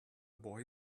boy